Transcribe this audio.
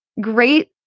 great